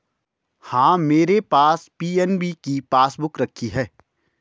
हाँ, मेरे पास पी.एन.बी की पासबुक रखी है